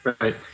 Right